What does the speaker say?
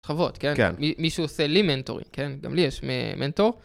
חבות, כן? מישהו עושה לי מנטורים, גם לי יש מנטור.